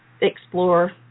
explore